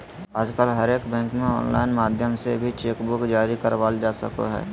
आजकल हरेक बैंक मे आनलाइन माध्यम से भी चेक बुक जारी करबावल जा सको हय